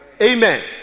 Amen